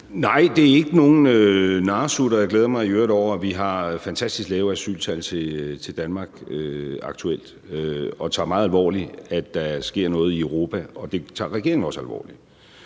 Nej, det er ikke nogen narresut. Og jeg glæder mig i øvrigt over, at vi har fantastisk lave asyltal til Danmark aktuelt. Jeg tager det meget alvorligt, at der sker noget i Europa, og det tager regeringen også alvorligt.